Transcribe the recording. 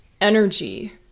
energy